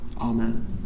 amen